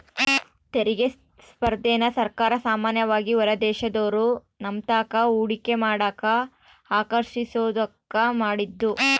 ತೆರಿಗೆ ಸ್ಪರ್ಧೆನ ಸರ್ಕಾರ ಸಾಮಾನ್ಯವಾಗಿ ಹೊರದೇಶದೋರು ನಮ್ತಾಕ ಹೂಡಿಕೆ ಮಾಡಕ ಆಕರ್ಷಿಸೋದ್ಕ ಮಾಡಿದ್ದು